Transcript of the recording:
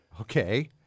Okay